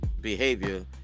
behavior